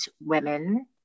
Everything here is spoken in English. women